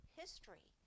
history